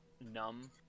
numb